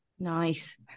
Nice